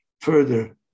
further